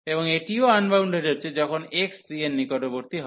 এবং এটিও আনবাউন্ডেড হচ্ছে যখন x c এর নিকটবর্তী হয়